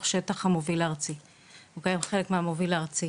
שטח המוביל הארצי והם חלק מהמוביל הארצי.